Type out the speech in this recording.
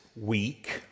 week